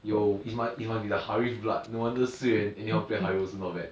yo is might it might be the harith blood no wonder si yuan anyhow play Hairo also not bad